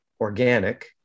organic